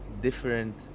different